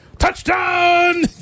touchdown